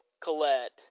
Colette